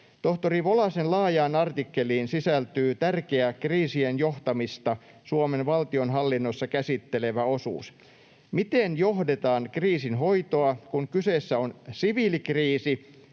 Tohtori Volasen laajaan artikkeliin sisältyy tärkeä kriisien johtamista Suomen valtionhallinnossa käsittelevä osuus: miten johdetaan kriisin hoitoa, kun kyseessä on siviilikriisi,